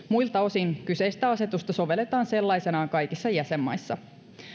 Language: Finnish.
muilta osin kyseistä asetusta sovelletaan sellaisenaan kaikissa jäsenmaissa